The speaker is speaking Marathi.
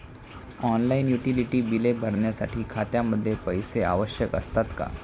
ऑनलाइन युटिलिटी बिले भरण्यासाठी खात्यामध्ये पैसे आवश्यक असतात का?